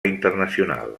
internacional